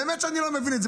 באמת אני לא מבין את זה.